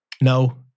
no